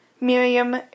Miriam